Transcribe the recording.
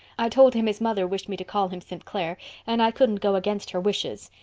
i told him his mother wished me to call him st. clair and i couldn't go against her wishes.